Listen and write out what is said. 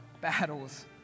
battles